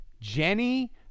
Jenny